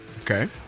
okay